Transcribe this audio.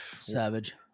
savage